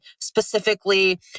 specifically